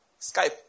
Skype